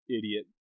idiot